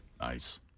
Nice